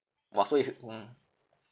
!wah! so if mm